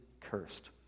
cursed